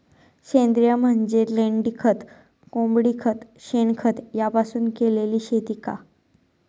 सेंद्रिय म्हणजे लेंडीखत, कोंबडीखत, शेणखत यापासून केलेली शेती का?